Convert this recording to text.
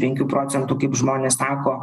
penkių procentų kaip žmonės tako